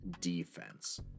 defense